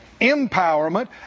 empowerment